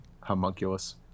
homunculus